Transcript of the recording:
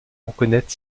reconnaître